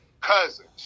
cousins